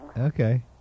Okay